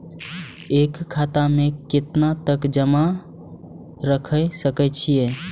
एक खाता में केतना तक जमा राईख सके छिए?